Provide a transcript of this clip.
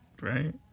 Right